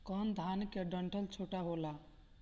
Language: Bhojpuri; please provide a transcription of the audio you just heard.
कौन धान के डंठल छोटा होला?